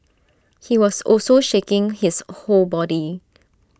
he was also shaking his whole body